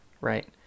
right